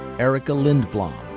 erika lindblom.